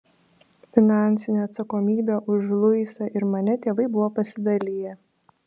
finansinę atsakomybę už luisą ir mane tėvai buvo pasidaliję